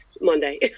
Monday